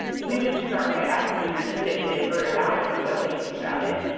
even just start by asking your kid if they've heard about it or what they think about it.